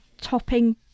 topping